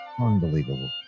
Unbelievable